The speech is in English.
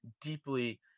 deeply